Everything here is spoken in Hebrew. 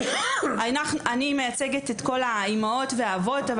אני מייצגת את כל האימהות והאבות,